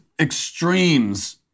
extremes